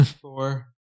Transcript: four